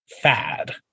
fad